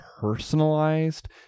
personalized